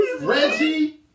Reggie